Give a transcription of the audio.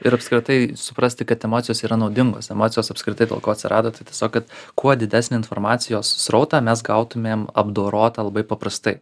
ir apskritai suprasti kad emocijos yra naudingos emocijos apskritai dėl ko atsirado tai tiesiog kad kuo didesnį informacijos srautą mes gautumėm apdorotą labai paprastai